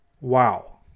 Wow